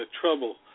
trouble